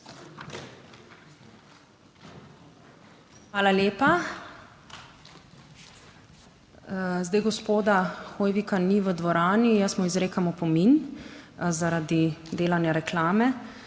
Hvala lepa. Zdaj gospoda Hoivika ni v dvorani, jaz mu izrekam opomin zaradi delanja reklame